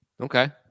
Okay